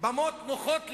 במות נוחות להם,